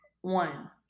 one